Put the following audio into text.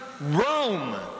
Rome